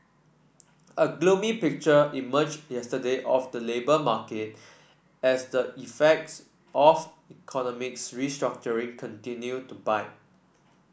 a gloomy picture emerged yesterday of the labour market as the effects of economic restructuring continue to bite